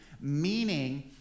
meaning